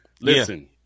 Listen